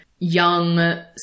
Young